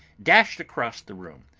dashed across the room,